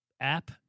app